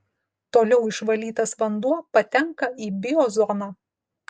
toliau išvalytas vanduo patenka į biozoną